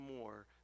more